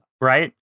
Right